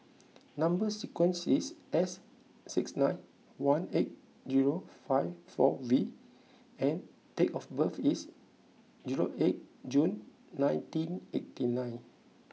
number sequence is S six nine one eight zero five four V and date of birth is zero eight June nineteen eighty nine